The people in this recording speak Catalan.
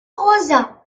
gosa